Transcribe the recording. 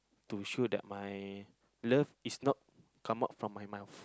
to show that my love is not come out from my mouth